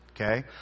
okay